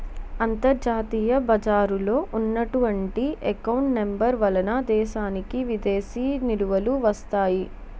అంతర్జాతీయ బజారులో ఉన్నటువంటి ఎకౌంట్ నెంబర్ వలన దేశానికి విదేశీ నిలువలు వస్తాయి